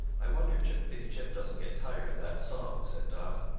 i wonder chip-pi-ti-chip doesn't get tired of that song, said dot.